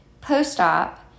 post-op